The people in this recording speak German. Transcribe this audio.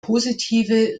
positive